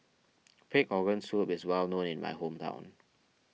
Pig Organ Soup is well known in my hometown